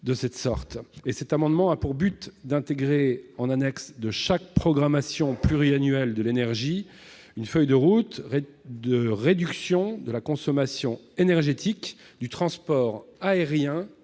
plusieurs. L'amendement n° 174 vise à ajouter en annexe de chaque programmation pluriannuelle de l'énergie une feuille de route de réduction de la consommation énergétique du transport aérien